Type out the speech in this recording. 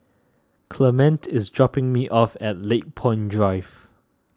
Clemente is dropping me off at Lakepoint Drive